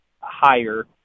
higher